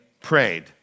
prayed